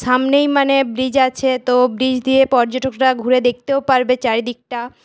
সামনেই মানে ব্রিজ আছে তো ব্রিজ দিয়ে পর্যটকরা ঘুরে দেখতেও পারবে চারিদিকটা